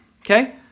Okay